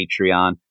patreon